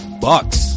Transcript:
Bucks